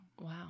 Wow